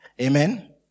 Amen